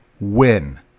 win